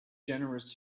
generous